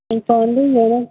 இப்போ வந்து